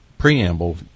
preamble